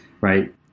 right